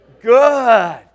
good